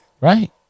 Right